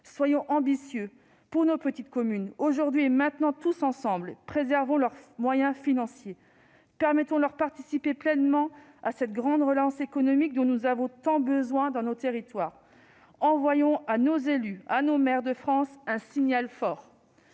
Soyons ambitieux pour nos petites communes. Aujourd'hui et maintenant, tous ensemble, préservons leurs moyens financiers. Permettons-leur de participer pleinement à cette grande relance économique si nécessaire à nos territoires. Envoyons à nos élus, aux maires de France un signal fort,